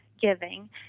giving